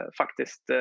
faktiskt